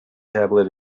tablet